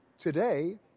Today